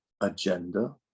agenda